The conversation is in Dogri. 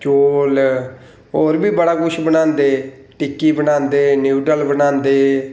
चौल और बी बड़ा किश बनांदे टिक्की बनांदे न्यूडल बनांदे